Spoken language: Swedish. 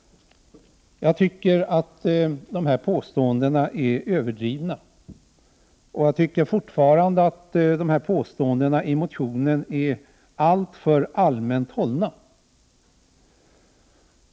Jag tycker att de här påståendena är överdrivna, och jag tycker fortfarande att påståendena i motionen är alltför allmänt hållna.